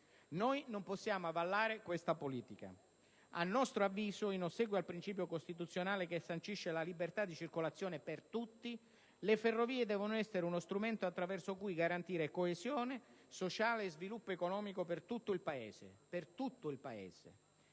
Noi non possiamo avallare questa politica. A nostro avviso, in ossequio al principio costituzionale che sancisce la libertà di circolazione per tutti, le ferrovie devono essere uno strumento attraverso cui garantire coesione sociale e sviluppo economico per tutto il Paese